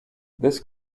this